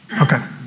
Okay